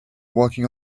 walking